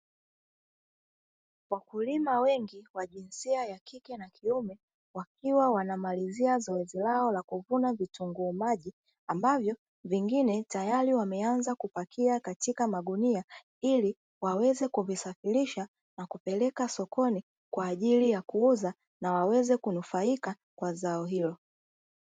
Wakulima wengi wa jinsia ya kike na kiume wakiwa wanamalizia zoezi lao la kuvuna vitunguu maji ambavyo vingine tayari wameanza kupakia katika magunia ili waweze kuvisafirisha na kupeleka sokoni kwa ajili ya kuuza na waweze kunufaika kwa zao hilo.